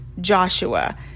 Joshua